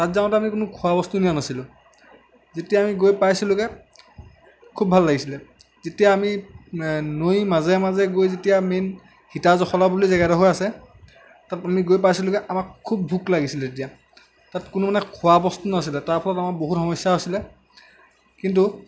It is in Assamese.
তাত যাওঁতে আমি কোনো খোৱাবস্তু নিয়া নাছিলোঁ যেতিয়া আমি গৈ পাইছিলোঁগৈ খুব ভাল লাগিছিলে যেতিয়া আমি নৈৰ মাজে মাজে গৈ যেতিয়া মেইন সীতাজখলা বুলি জেগা এডোখৰ আছে তাত আমি গৈ পাইছিলোঁগৈ আমাৰ খুব ভোক লাগিছিলে তেতিয়া তাত কোনো মানে খোৱাবস্তু নাছিলে তাৰপৰা আমাৰ বহুত সমস্যা আছিলে কিন্তু